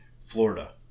Florida